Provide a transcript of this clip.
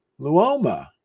Luoma